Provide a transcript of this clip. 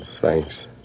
Thanks